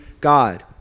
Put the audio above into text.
God